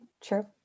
True